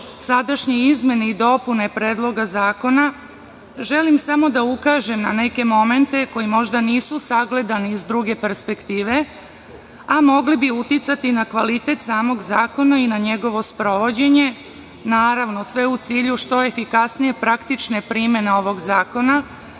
sadašnje izmene i dopune Predloga zakona, želim samo da ukažem na neke momente koji možda nisu sagledani iz druge perspektive, a mogli bi uticati na kvalitet samog zakona i na njegovo sprovođenje. Naravno, sve u cilju što efikasnije praktične primene ovog zakona,